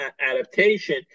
adaptation